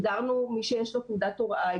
הגדרנו מי שיש לו תעודת הוראה.